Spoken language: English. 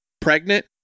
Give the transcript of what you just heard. pregnant